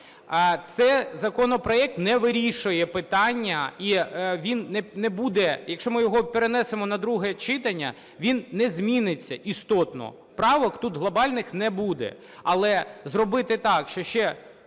Це законопроект не вирішує питання, і він не буде… якщо ми його перенесемо на друге читання, він не зміниться істотно, правок тут глобальних не буде, але зробити так, що ще